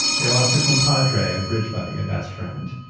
they lost a compadre, a bridge buddy, a best friend.